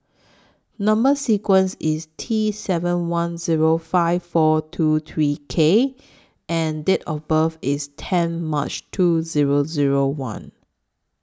Number sequence IS T seven one Zero five four two three K and Date of birth IS ten March two Zero Zero one